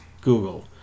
Google